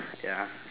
ya